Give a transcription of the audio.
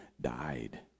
died